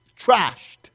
trashed